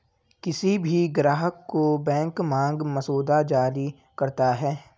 किसी भी ग्राहक को बैंक मांग मसौदा जारी करता है